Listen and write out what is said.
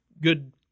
good